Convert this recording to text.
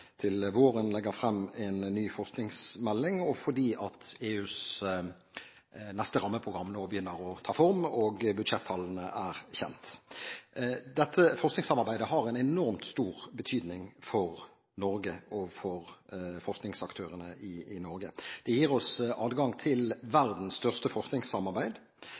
til våren legger frem en ny forskningsmelding, og fordi EUs neste rammeprogram nå begynner å ta form og budsjettallene er kjent. Dette forskningssamarbeidet har en enormt stor betydning for Norge og for forskningsaktørene i Norge. Det gir oss adgang til verdens største forskningssamarbeid,